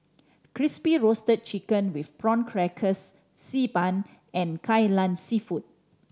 Crispy Roasted Chicken with Prawn Crackers Xi Ban and Kai Lan Seafood